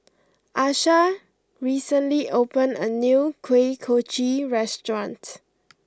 Asha recently opened a new Kuih Kochi restaurant